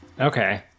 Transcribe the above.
Okay